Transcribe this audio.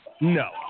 no